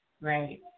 Right